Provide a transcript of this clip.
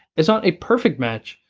it's not a perfect match,